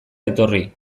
etorri